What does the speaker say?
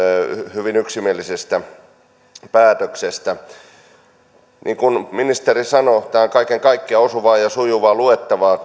hyvin yksimielisestä päätöksestä niin kuin ministeri sanoi tämä asia on kaiken kaikkiaan osuvaa ja sujuvaa luettavaa